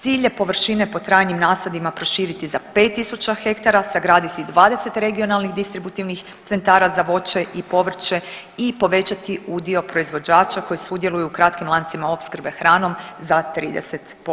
Cilj je površine pod trajnim nasadima proširiti za 5000 ha, sagraditi 20 regionalnih distributivnih centara za voće i povrće i povećati udio proizvođača koji sudjeluju u kratkim lancima opskrbe hranom za 30%